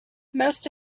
most